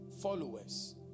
Followers